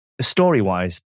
Story-wise